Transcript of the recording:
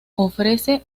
ofrece